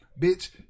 bitch